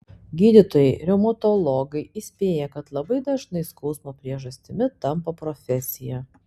gydytojai reumatologai įspėja kad labai dažnai skausmo priežastimi tampa profesija